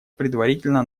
предварительно